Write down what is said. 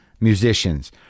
musicians